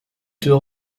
deux